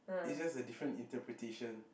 is just a different interpretation